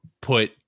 put